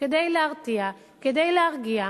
כדי להרתיע, כדי להרגיע.